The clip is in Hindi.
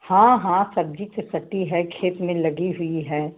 हाँ हाँ सब्ज़ी तो सटी है खेत में लगी हुई है